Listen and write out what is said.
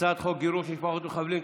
גירוש משפחות מחבלים,